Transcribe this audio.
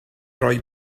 roi